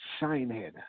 Shinehead